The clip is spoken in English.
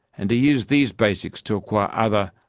and to use these basics to acquire other,